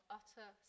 utter